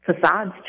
facades